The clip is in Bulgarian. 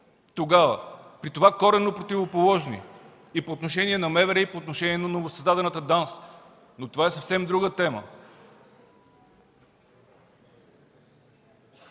Парламент, при това коренно противоположни и по отношение на МВР, и по отношение на новосъздадената ДАНС! Но това е съвсем друга тема.